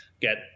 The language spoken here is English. get